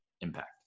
impact